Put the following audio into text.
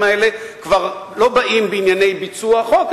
האלה כבר לא באים בענייני ביצוע החוק,